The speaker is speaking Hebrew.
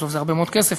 בסוף זה הרבה מאוד כסף,